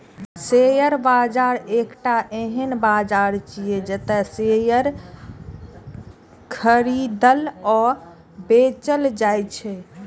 share बाजार एकटा एहन बाजार छियै, जतय शेयर खरीदल आ बेचल जाइ छै